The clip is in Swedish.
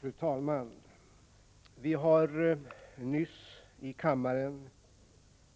Fru talman! Vi har nyss i kammaren